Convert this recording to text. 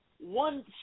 one